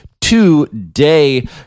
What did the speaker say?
today